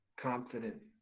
confident